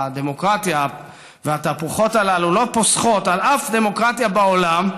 הדמוקרטיה והתהפוכות הללו לא פוסחות על אף דמוקרטיה בעולם,